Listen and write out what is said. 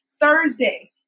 Thursday